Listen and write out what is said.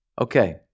Okay